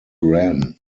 gran